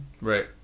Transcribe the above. Right